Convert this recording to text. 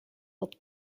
with